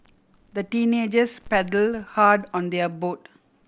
the teenagers paddle hard on their boat